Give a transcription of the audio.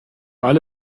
alle